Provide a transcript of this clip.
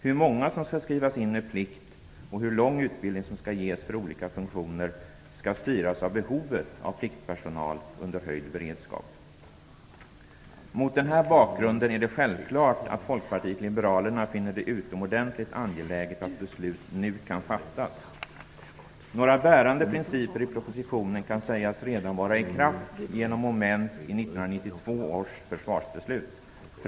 Hur många som skall skrivas in med plikt och hur lång utbildning som skall ges för olika funktioner skall styras av behovet av pliktpersonal under höjd beredskap. Mot den här bakgrunden är det självklart att Folkpartiet liberalerna finner det utomordentligt angeläget att beslut nu kan fattas. Några bärande principer i propositionen kan redan sägas vara i kraft genom moment i 1992 års försvarsbeslut.